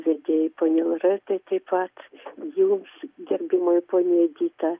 vedėjai poniai loretai taip pat jums gerbiamoji ponia edita